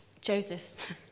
Joseph